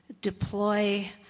deploy